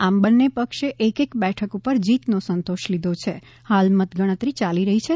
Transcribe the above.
આમ બંને પક્ષે એક એક બેઠક ઉપર જીત નો સંતોષ લીધો છે હાલ મતગણતરી ચાલી રહી છે